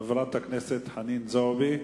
חברת הכנסת חנין זועבי,